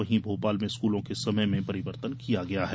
वहीं भोपाल में स्कूलों के समय में परिवर्तन किया गया है